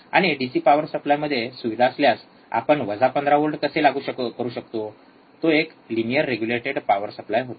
आणि DC power सप्लायमध्ये सुविधा असल्यास आपण वजा 15 व्होल्ट कसे लागू करू शकतो तो एक लिनिअर रेग्युलेटेड पॉवर सप्लाय होता